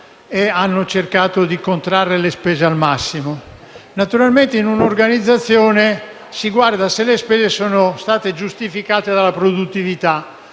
serietà, cercando di contrarre le spese al massimo. Naturalmente in un'organizzazione si guarda se le spese sono state giustificate dalla produttività,